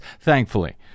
thankfully